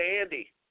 Andy